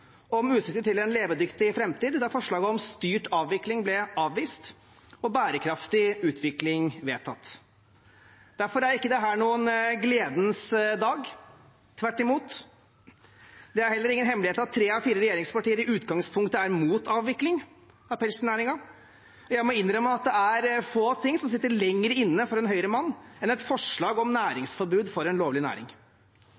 om utsikter til en levedyktig framtid da forslaget om styrt avvikling ble avvist, og bærekraftig utvikling vedtatt. Derfor er ikke dette noen gledens dag, tvert imot. Det er heller ingen hemmelighet at tre av fire regjeringspartier i utgangspunktet er imot avvikling av pelsdyrnæringen. Jeg må innrømme at det er få ting som sitter lenger inne for en Høyre-mann enn et forslag om